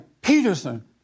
Peterson